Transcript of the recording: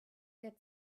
der